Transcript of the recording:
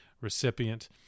recipient